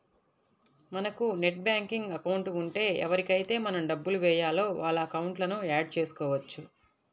మనకు net banking account ఉంటే ఎవరికైతే మనం డబ్బులు వేయాలో వాళ్ళ అకౌంట్లను యాడ్ చేసుకోవచ్చు